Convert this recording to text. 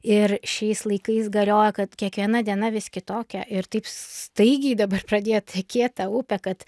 ir šiais laikais galioja kad kiekviena diena vis kitokia ir taip staigiai dabar pradėjo tekėt ta upė kad